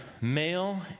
male